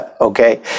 Okay